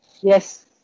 Yes